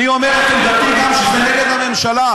אני אומר את עמדתי גם כשזה נגד הממשלה,